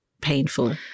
painful